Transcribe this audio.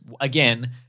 again